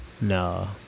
No